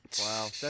Wow